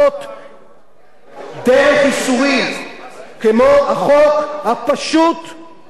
דרך ייסורים כמו החוק הפשוט והברור הזה,